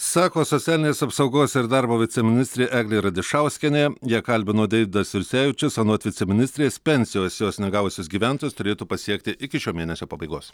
sako socialinės apsaugos ir darbo viceministrė eglė radišauskienė ją kalbino deividas jursevičius anot viceministrės pensijos jos negavusius gyventojus turėtų pasiekti iki šio mėnesio pabaigos